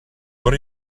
what